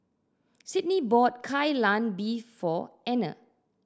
Sydney bought Kai Lan Beef for Anner